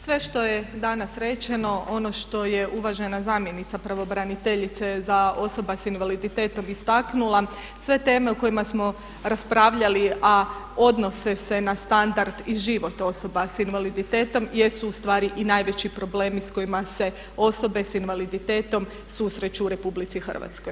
Sve što je danas rečeno, ono što je uvažena zamjenica pravobraniteljice za osobe sa invaliditetom istaknula, sve teme o kojima smo raspravljali a odnose se na standard i život osoba s invaliditetom jesu ustvari i najveći problemi s kojima se osobe s invaliditetom susreću u RH.